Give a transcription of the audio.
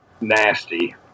nasty